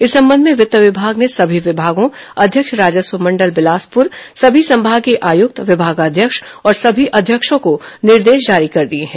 इस संबंध में वित्त विभाग ने सभी विभागों अध्यक्ष राजस्व मंडल बिलासपुर सभी संभागीय आयुक्त विभागाध्यक्ष और सभी अध्यक्षों को निर्देश जारी कर दिए हैं